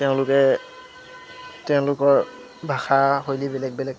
তেওঁলোকে তেওঁলোকৰ ভাষাশৈলী বেলেগ বেলেগ